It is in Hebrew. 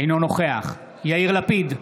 אינו נוכח יאיר לפיד,